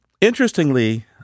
interestingly